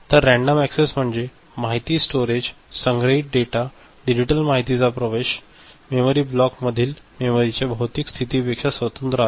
तर random access म्हणजे माहिती स्टोरेज संग्रहित डेटा डिजिटल माहितीचा प्रवेश मेमरी ब्लॉक मधील मेमरीच्या भौतिक स्थितीपेक्षा स्वतंत्र आहे